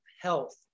health